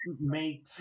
make